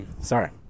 sorry